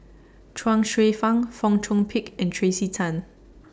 Chuang Hsueh Fang Fong Chong Pik and Tracey Tan